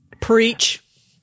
Preach